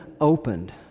opened